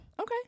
Okay